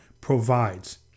provides